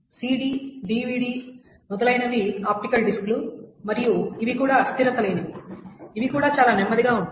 CD DVD మొదలైనవి optical డిస్క్లు మరియు ఇవి కూడా అస్థిరత లేనివి ఇవి కూడా చాలా నెమ్మదిగా ఉంటాయి